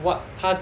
what 他